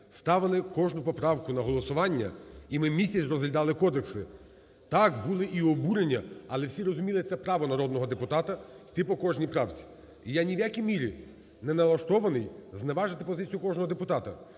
ставили кожну поправку на голосування, і ми місяць розглядали кодекси. Так, були і обурення, але всі розуміли, це право народного депутата йти по кожній поправці. І я ні в якій мірі не налаштований зневажити позицію кожного депутата.